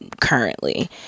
currently